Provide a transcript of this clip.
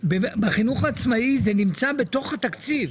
בחינוך העצמאי זה נמצא בתוך התקציב,